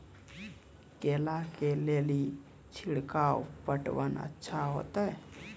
केला के ले ली छिड़काव पटवन अच्छा होते?